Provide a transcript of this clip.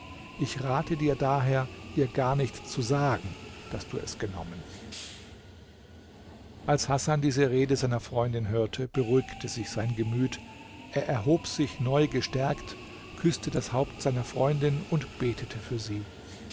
ich rate dir daher ihr gar nicht zu sagen daß du es genommen als hasan diese rede seiner freundin hörte beruhigte sich sein gemüt er erhob sich neu gestärkt küßte das haupt seiner freundin und betete für sie